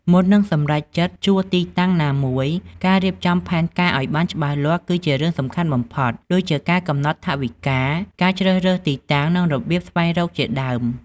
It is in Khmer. មុននឹងសម្រេចចិត្តជួលទីតាំងណាមួយ ការរៀបចំផែនការឱ្យបានច្បាស់លាស់គឺជារឿងសំខាន់បំផុត ដូចជាការកំណត់ថវិកា ការជ្រើសរើសទីតាំង និងរបៀបស្វែងរកជាដើម។